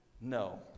No